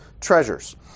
treasures